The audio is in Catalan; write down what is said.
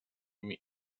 mig